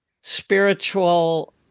spiritual